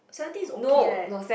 seventy is okay leh